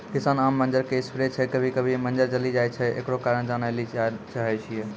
किसान आम के मंजर जे स्प्रे छैय कभी कभी मंजर जली जाय छैय, एकरो कारण जाने ली चाहेय छैय?